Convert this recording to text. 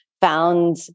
found